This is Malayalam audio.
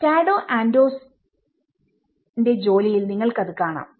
ടാഡോ ആന്റോTadao Andosയുടെ ജോലിയിൽ നിങ്ങൾക്കത് കാണാം